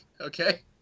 Okay